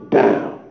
down